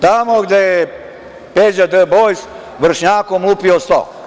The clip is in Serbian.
Tamo gde je Peđa D Boj vršnjakom lupio sto.